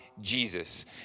Jesus